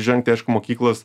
žengti mokyklos